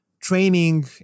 training